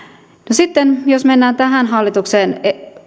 sitten jos mennään tähän hallituksen